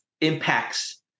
impacts